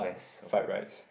fried rice